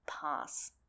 pass